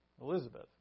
Elizabeth